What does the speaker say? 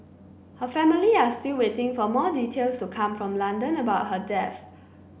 her family are still waiting for more details to come from London about her death